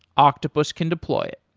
octopus can deploy it.